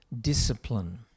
discipline